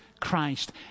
Christ